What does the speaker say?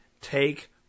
take